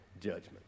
judgment